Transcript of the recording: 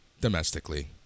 domestically